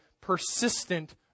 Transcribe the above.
Persistent